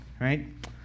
right